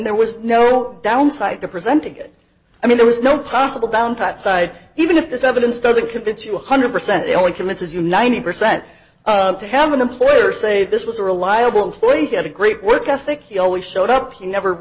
there was no downside to presenting it i mean there is no possible down pat side even if this evidence doesn't convince you one hundred percent they only convinces you ninety percent to have an employer say this was a reliable employee who had a great work ethic he always showed up he never